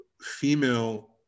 female